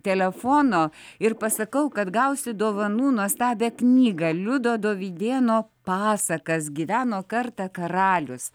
telefono ir pasakau kad gausi dovanų nuostabią knygą liudo dovydėno pasakas gyveno kartą karalius